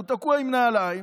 והוא תקוע עם נעליים.